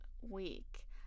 week